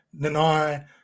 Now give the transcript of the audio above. Nanai